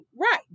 right